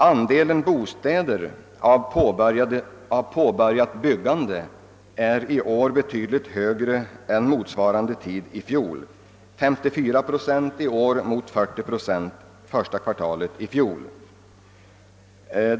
Andelen bostäder i påbörjat byggande är i år betydligt högre än under motsvarande tid i fjol — 54 procent i år mot 40 procent under första kvartalet i fjol.